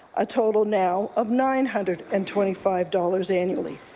a total now of nine hundred and twenty five dollars annually.